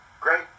great